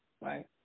right